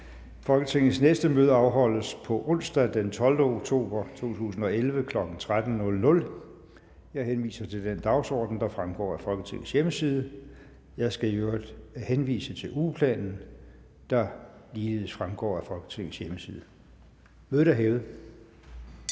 Folketingets næste møde afholdes på onsdag den 12. oktober 2011, kl. 13.00. Jeg henviser til den dagsorden, der fremgår af Folketingets hjemmeside. Jeg skal i øvrigt henvise til ugeplanen, der ligeledes fremgår af Folketingets hjemmeside. Mødet er hævet.